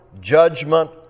judgment